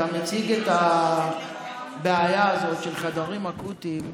אתה מציג את הבעיה הזאת של חדרים אקוטיים,